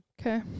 Okay